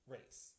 Race